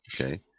okay